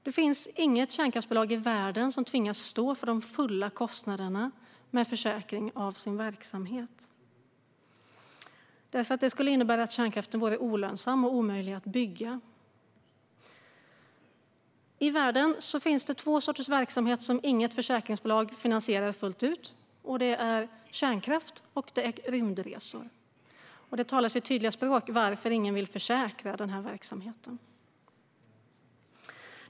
Det finns inget kärnkraftsbolag i världen som tvingas stå för den fulla kostnaden med försäkring av sin verksamhet, eftersom det skulle innebära att kärnkraften vore olönsam och omöjlig att bygga. I världen finns det två sorters verksamheter som inget försäkringsbolag finansierar fullt ut, och det är kärnkraft och rymdresor. Det talar sitt tydliga språk om varför ingen vill försäkra den här verksamheten.